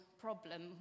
problem